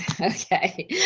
Okay